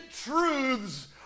truths